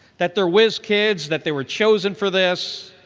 that they're whiz kids, that they were chosen for this.